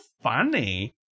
funny